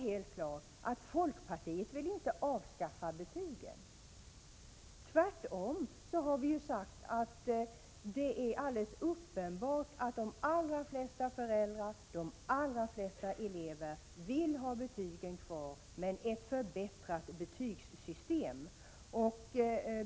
Folkpartiet vill inte avskaffa betygen — tvärtom. Vi har bl.a. sagt att det är alldeles uppenbart att de allra flesta föräldrar och de allra flesta elever vill ha betyg — men det skall vara ett förbättrat betygssystem.